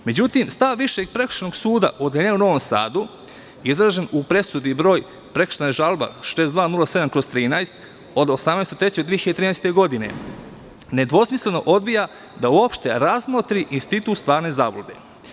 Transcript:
Međutim, stav Višeg prekršajnog suda u Novom Sadu izrečen u presudi broj – Prekršajna žalba 6207/13 od 18. 03. 2013. godine, nedvosmisleno odbija da uopšte razmotri institut stvarne zablude.